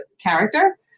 character